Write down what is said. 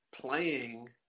playing